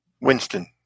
Winston